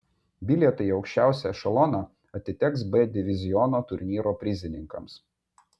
bilietai į aukščiausią ešeloną atiteks b diviziono turnyro prizininkams